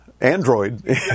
android